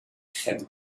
fat